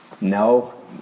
No